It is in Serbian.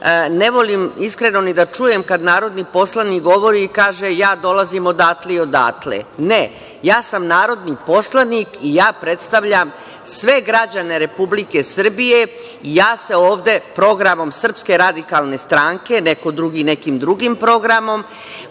Ne volim iskreno ni da čujem kad narodni poslanik govori i kaže – ja dolazim odatle i odatle. Ne, ja sam narodni poslanik i ja predstavljam sve građane Republike Srbije i ja se ovde programom SRS, neko drugim nekim drugim programom,